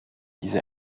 diese